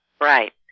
Right